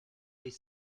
les